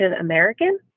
American